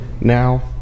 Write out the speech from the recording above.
now